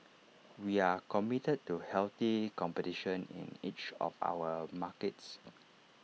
we are committed to healthy competition in each of our markets